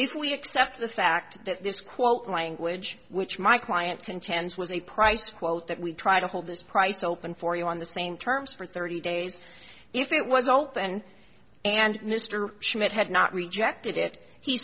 we accept the fact that this quote language which my client contends was a price quote that we try to hold this price open for you on the same terms for thirty days if it was open and mr schmidt had not rejected it he